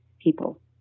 people